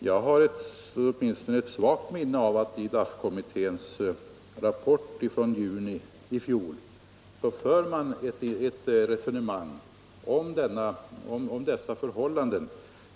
Jag har åtminstone ett svagt minne av att det i DAC-kommitténs rapport från juni i fjol förs ett resonemang om dessa förhållanden.